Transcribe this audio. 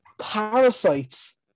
parasites